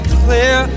clear